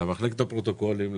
למחלקת הפרוטוקולים,